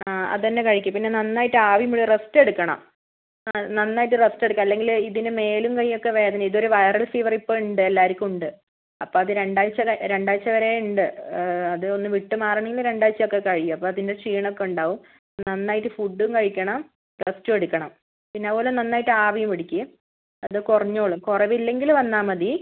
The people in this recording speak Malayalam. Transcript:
ആ അതുതന്നെ കഴിക്ക് പിന്നെ നന്നായിട്ട് ആവി പിന്നെ റസ്റ്റ് എടുക്കണം നന്നായിട്ട് റസ്റ്റ് എടുക്കുക അല്ലെങ്കിൽ ഇതിന് മേലും കയ്യൊക്കെ വേദന ഇതൊരു വൈറൽ ഫീവർ ഇപ്പോൾ ഉണ്ട് എല്ലാവർക്കും ഉണ്ട് അപ്പോൾ അത് രണ്ടാഴ്ച്ച രണ്ടാഴ്ച്ച വരെ ഉണ്ട് അതൊന്ന് വിട്ടുമാറണമെങ്കിൽ രണ്ടാഴ്ച്ചയൊക്കെ കഴിയും അപ്പോൾ അതിൻ്റെ ക്ഷീണം ഒക്കെ ഉണ്ടാവും നന്നായിട്ട് ഫുഡും കഴിക്കണം റെസ്റ്റും എടുക്കണം പിന്നെ അതുപോലെ നന്നായിട്ട് ആവിയും പിടിക്ക് അത് കുറഞ്ഞോളും കുറവില്ലെങ്കിൽ വന്നാൽ മതി